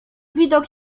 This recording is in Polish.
widok